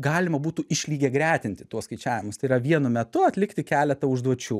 galima būtų išlygiagretinti tuos skaičiavimus tai yra vienu metu atlikti keletą užduočių